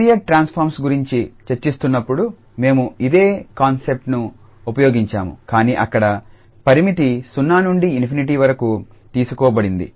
Fourier transform గురించి చర్చిస్తున్నప్పుడు మేము ఇదే కాన్సెప్ట్ ను ఉపయోగించాము కానీ అక్కడ పరిమితి 0 నుండి ∞ వరకు తీసుకోబడింది